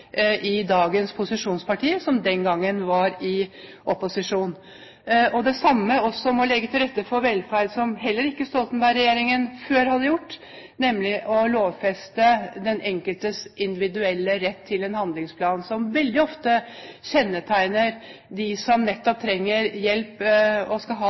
i dagens posisjonsparti, som den gangen var i opposisjon. Det samme gjaldt det å legge til rette for velferd – som heller ikke Stoltenberg-regjeringen før hadde gjort – nemlig ved å lovfeste den enkeltes individuelle rett til en handlingsplan, som veldig ofte kjennetegner dem som nettopp trenger hjelp og skal ha